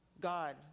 God